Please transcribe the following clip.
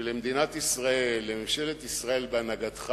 נובע מזה שלמדינת ישראל, לממשלת ישראל בהנהגתך